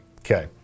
okay